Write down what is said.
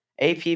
AP